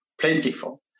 plentiful